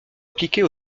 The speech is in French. appliquée